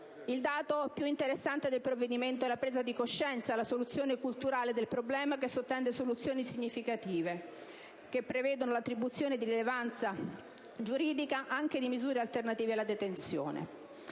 Il dato più interessante del provvedimento è la presa di coscienza, la soluzione culturale del problema, che sottende soluzioni significative che prevedono l'attribuzione di rilevanza giuridica anche a misure alternative alla detenzione.